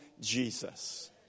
Jesus